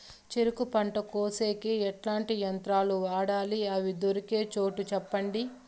చెరుకు పంట కోసేకి ఎట్లాంటి యంత్రాలు వాడాలి? అవి దొరికే చోటు చెప్పండి?